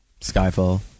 Skyfall